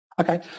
Okay